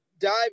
dive